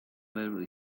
very